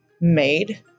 made